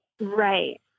right